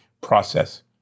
process